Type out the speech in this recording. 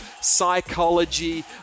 psychology